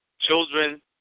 children